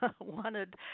wanted